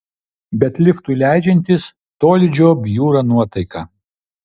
bet liftui leidžiantis tolydžio bjūra nuotaika